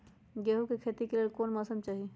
गेंहू के खेती के लेल कोन मौसम चाही अई?